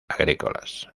agrícolas